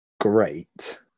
great